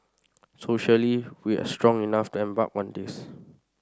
socially we are strong enough to embark on this